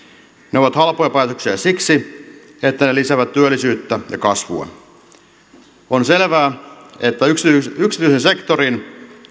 ne ovat halpoja päätöksiä siksi että ne lisäävät työllisyyttä ja kasvua on selvää että yksityisen yksityisen sektorin